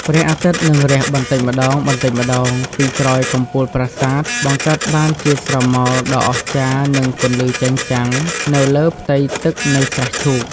ព្រះអាទិត្យនឹងរះបន្តិចម្តងៗពីក្រោយកំពូលប្រាសាទ បង្កើតបានជាស្រមោលដ៏អស្ចារ្យនិងពន្លឺចែងចាំងនៅលើផ្ទៃទឹកនៃស្រះឈូក។